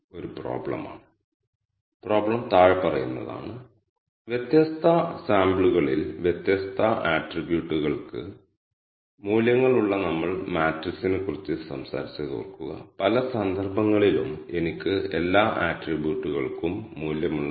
ഞങ്ങൾ നിങ്ങളുമായി പങ്കിട്ട ഫയൽ വർക്കിംഗ് ഡയറക്ടറിയിലേക്ക് പകർത്തുകയും വർക്ക്സ്പെയ്സിലെ വേരിയബിളുകൾ ക്ലിയർ ചെയ്യുകയും ചെയ്യേണ്ടതുണ്ട്